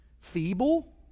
feeble